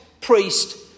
priest